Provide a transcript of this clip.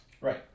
Right